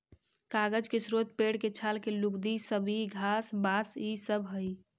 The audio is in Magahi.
कागज के स्रोत पेड़ के छाल के लुगदी, सबई घास, बाँस इ सब हई